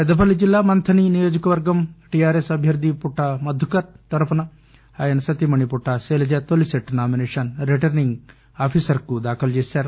పెద్దపల్లి జిల్లా మంథని నియోజకవర్గం టీఆర్ఎస్ అభ్యర్థి పుట్ట మధుకర్ తరుపున అయన సతీమణి పుట్ట శైలజ తొలి సెట్ నామినేషన్ రిటర్నింగ్ ఆఫీసర్ కు దాఖలు చేశారు